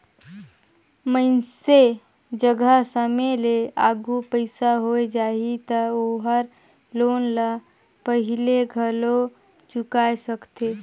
मइनसे जघा समे ले आघु पइसा होय जाही त ओहर लोन ल पहिले घलो चुकाय सकथे